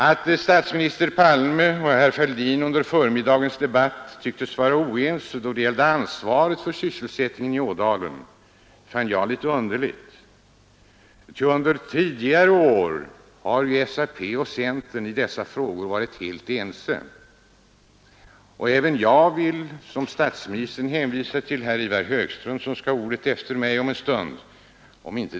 Att statsminister Palme och herr Fälldin under förmiddagens debatt tycktes vara oense då det gällde ansvaret för sysselsättningen i Ådalen fann jag litet underligt. Under tidigare år har ju SAP och centern i dessa frågor varit helt ense. Om inte detta stämmer vill även jag liksom statsministern hänvisa till herr Ivar Högström, som skall ha ordet efter mig om en stund.